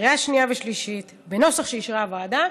בקריאה שנייה ושלישית בנוסח שאישרה הוועדה,